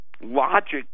logic